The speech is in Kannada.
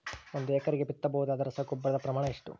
ಒಂದು ಎಕರೆಗೆ ಬಿತ್ತಬಹುದಾದ ರಸಗೊಬ್ಬರದ ಪ್ರಮಾಣ ಎಷ್ಟು?